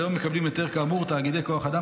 כיום מקבלים היתר כאמור תאגידי כוח אדם